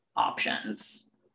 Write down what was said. options